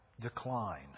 decline